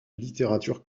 littérature